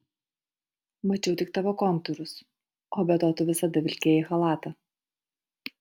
mačiau tik tavo kontūrus o be to tu visada vilkėjai chalatą